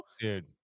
Dude